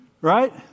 Right